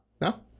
No